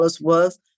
worth